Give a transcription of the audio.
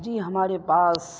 جی ہمارے پاس